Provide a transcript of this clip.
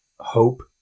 Hope